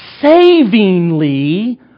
savingly